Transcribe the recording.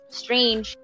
strange